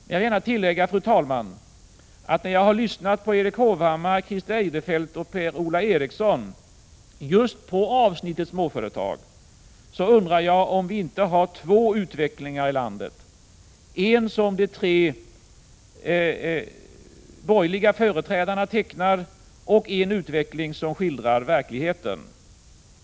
Jag vill gärna tillägga, fru talman, att när jag har lyssnat på Erik Hovhammar, Christer Eirefelt och Per-Ola Eriksson just på avsnittet småföretag, undrar jag om vi inte har två utvecklingar i landet, en som de tre borgerliga företrädarna tecknar och en utveckling som överensstämmer med verkligheten.